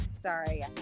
Sorry